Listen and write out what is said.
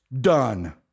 done